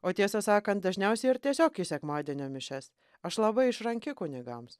o tiesą sakant dažniausiai ir tiesiog į sekmadienio mišias aš labai išranki kunigams